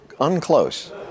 unclose